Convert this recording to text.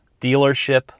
dealership